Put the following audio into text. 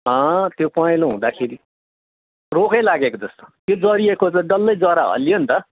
त्यो पहिलो हुँदाखेरि रोगै लागेको जस्तो त्यो जरिएको त डल्लै जरा हल्लियो नि त